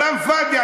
כלאם פאד'י.